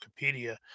Wikipedia